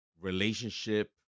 relationship